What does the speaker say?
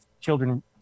children